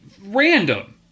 random